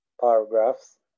paragraphs